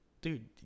dude